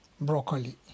Broccoli